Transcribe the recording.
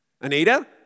Anita